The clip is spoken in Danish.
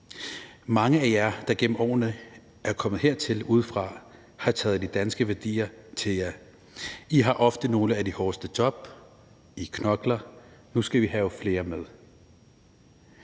»Mange af jer, der gennem årene er kommet hertil udefra, har taget de danske værdier til jer. I har ofte nogle af de hårdeste job. I knokler. Nu skal vi have flere med«.